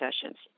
sessions